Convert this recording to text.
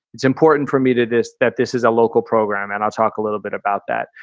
it's important for me to this that this is a local program and i'll talk a little bit about that.